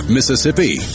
Mississippi